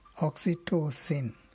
oxytocin